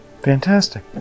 Fantastic